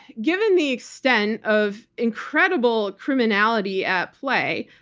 given the extent of incredible criminality at play,